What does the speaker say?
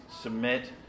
submit